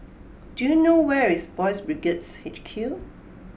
do you know where is Boys' Brigades H Q